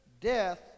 death